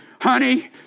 Honey